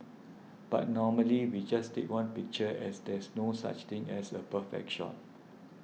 but normally we just take one picture as there's no such thing as a perfect shot